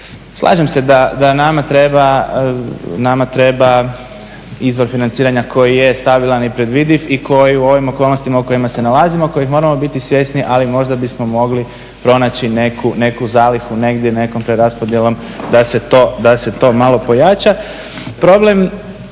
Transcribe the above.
slažem se da nama treba izvor financiranja koji je stabilan i predvidiv i koji u ovim okolnostima u kojima se nalazimo kojih moramo biti svjesni ali možda bismo mogli pronaći neku zalihu negdje nekom preraspodjelom da se to pojača.